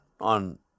on